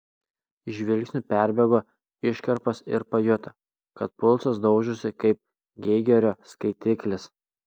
žvilgsniu perbėgo iškarpas ir pajuto kad pulsas daužosi kaip geigerio skaitiklis